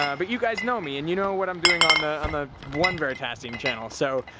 um but you guys know me and you know what i'm doing on the on the one veritasium channel, so,